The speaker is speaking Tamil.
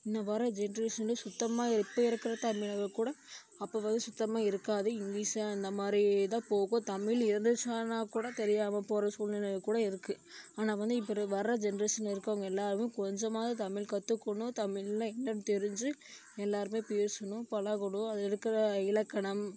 இனி வர்ற ஜென்ரேஷன்லேயும் சுத்தமாக இப்போ இருக்கிற தமிழுக கூட அப்போ வந்து சுத்தமாக இருக்காது இங்கிலீஷாக அந்தமாதிரி தான் போகும் தமிழ் இருந்துச்சான்னா கூட தெரியாமல் போகிற சூழ்நிலையில கூட இருக்குது ஆனால் வந்து இப்போ வர்ற ஜென்ரேஷனில் இருக்கவங்க எல்லோருமே கொஞ்சமாவது தமிழ் கற்றுக்கணும் தமிழ்னா என்னென்னு தெரிஞ்சு எல்லோருமே பேசணும் பழகணும் அதில் இருக்கிற இலக்கணம்